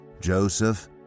Joseph